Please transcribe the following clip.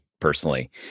personally